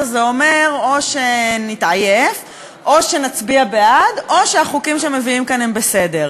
ואנחנו מגיעים להצעת החוק הראשונה בסדרה